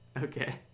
Okay